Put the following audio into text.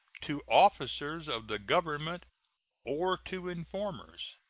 to officers of the government or to informers.